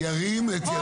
ירים את ידו.